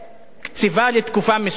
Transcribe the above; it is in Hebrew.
וקציבה לתקופה מסוימת,